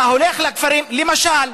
אתה הולך לכפרים, למשל,